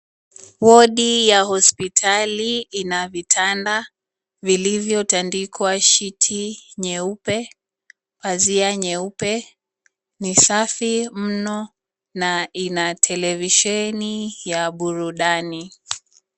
Wodi ya hospitali ina vitanda vilivyotandikwa shiti nyeupe, pazia nyeupe. Ni safi mno, na ina televesheni ya burudani.